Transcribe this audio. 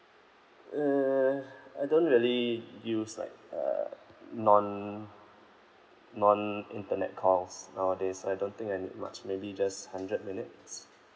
err I don't really use like a non non-internet calls nowadays I don't think I need much maybe just hundred minutes